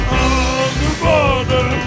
underwater